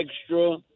extra